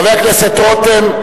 חבר הכנסת רותם,